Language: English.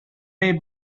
ray